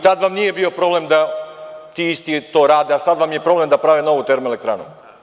Tada vam nije bio problem da ti isti to rade, a sada vam je problem da prave novu termoelektranu.